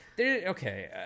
okay